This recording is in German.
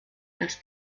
das